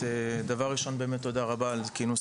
דבר ראשון באמת תודה רבה על כינוס